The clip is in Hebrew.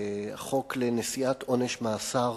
החוק לנשיאת עונש מאסר